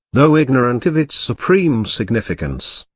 though ignorant of its supreme significance.